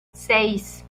seis